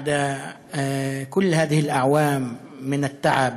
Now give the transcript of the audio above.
לאחר כל השנים האלה של העמל,